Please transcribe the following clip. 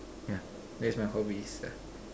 yeah that's my hobbies yeah